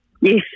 yes